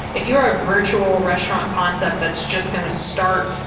if you are ah virtual restaurant concept that's just going to start,